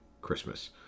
christmas